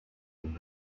and